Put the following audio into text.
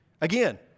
Again